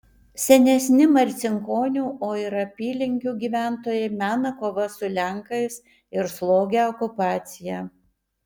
senesni marcinkonių o ir apylinkių gyventojai mena kovas su lenkais ir slogią okupaciją